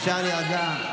אפשר להירגע.